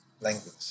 language